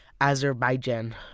Azerbaijan